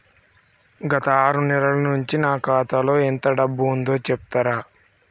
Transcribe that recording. గత ఆరు నెలల నుంచి నా ఖాతా లో ఎంత డబ్బు ఉందో చెప్తరా?